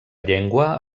llengua